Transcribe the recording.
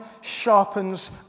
sharpens